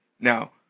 Now